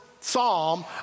psalm